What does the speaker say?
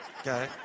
Okay